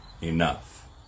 enough